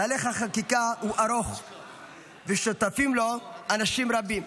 תהליך החקיקה הוא ארוך ושותפים לו אנשים רבים,